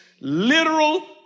literal